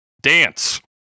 Dance